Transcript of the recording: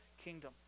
kingdom